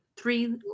three